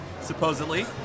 Supposedly